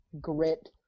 grit